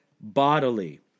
bodily